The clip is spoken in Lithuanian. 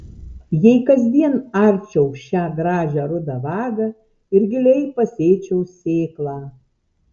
jei kasdien arčiau šią gražią rudą vagą ir giliai pasėčiau sėklą